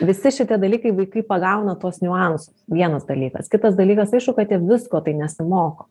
visi šitie dalykai vaikai pagauna tuos niuansus vienas dalykas kitas dalykas aišku kad jie visko tai nesimoko